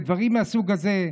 לדברים מהסוג הזה,